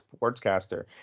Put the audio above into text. sportscaster